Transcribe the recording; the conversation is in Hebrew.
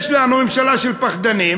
יש לנו ממשלה של פחדנים,